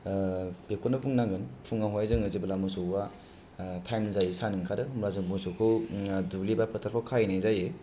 बेखौनो बुंनांगोन फुंआव हाय जोङो जेबोला मोसौवा थाएम जायो सान ओंखारो होनब्ला जों मोसौखौ दुब्लि बा फोथाराव खायैनाय जायो